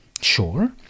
sure